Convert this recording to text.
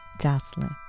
jocelyn